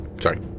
Sorry